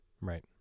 Right